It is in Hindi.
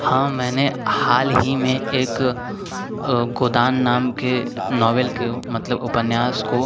हाँ मैंने हाल ही में एक गोदान नाम के नॉवेल को मतलब उपन्यास को